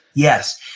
yes,